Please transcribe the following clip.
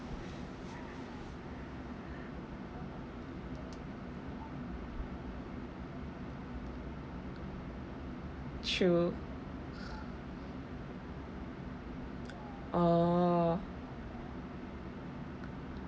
true oh